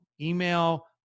email